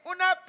Una